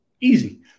Easy